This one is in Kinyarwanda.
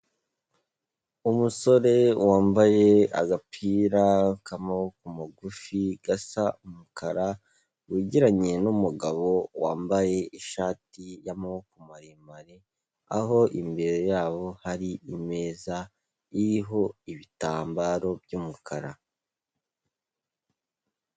Umusore wambaye agapira k'amaboko mugufi gasa umukara wegeranye numugabo wambaye ishati y'amaboko maremare, aho imbere yabo hari imeza iriho ibitambaro by'umukara.